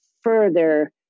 further